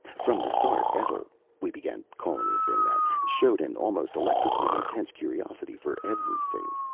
from the start etl we began calling the thing that showed an almost electrically intense curiosity for everything.